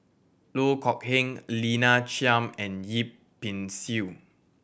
Loh Kok Heng Lina Chiam and Yip Pin Xiu